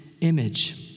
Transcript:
image